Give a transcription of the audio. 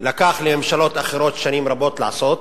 לקח לממשלות אחרות שנים רבות לעשות.